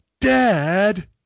dad